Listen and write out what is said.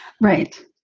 Right